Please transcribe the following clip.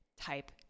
type